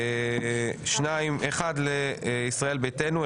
אחד לישראל ביתנו,